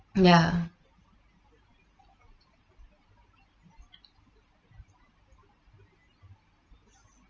ya